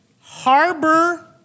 harbor